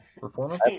Performance